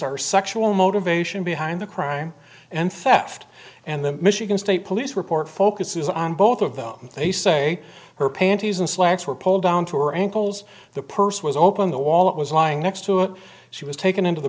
are sexual motivation behind the crime and faffed and the michigan state police report focuses on both of them they say her panties and slacks were pulled down to her ankles the purse was open the wallet was lying next to it she was taken into the